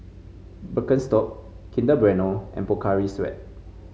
Birkenstock Kinder Bueno and Pocari Sweat